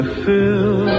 fill